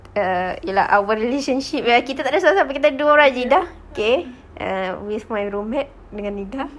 err ya lah our relationship eh kita tak ada siapa-siapa kita dua orang saja ida okay with my room mate dengan ida